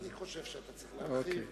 אני חושב שאתה צריך להרחיב לפרוטוקול.